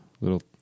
little